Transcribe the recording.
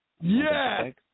Yes